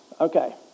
Okay